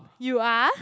you are